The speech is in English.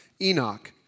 Enoch